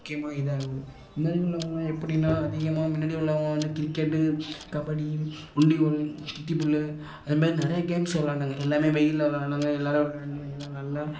முக்கியமாக இதாகுது முன்னாடி உள்ளவங்கள்லாம் எப்படின்னா அதிகமாக முன்னாடி உள்ளவங்க வந்து கிரிக்கெட்டு கபடி உண்டிகோல் கிட்டிபுல் அது மாதிரி நிறைய கேம்ஸ் விளாண்டாங்க எல்லாமே வெயிலில் விளாண்டாங்க எல்லோரும் விளாண்டு எல்லாம் நல்லா